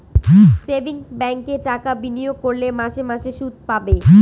savings ব্যাঙ্কে টাকা বিনিয়োগ করলে মাসে মাসে শুদ পাবে